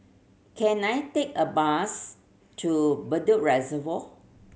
can I take a bus to Bedok Reservoir